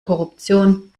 korruption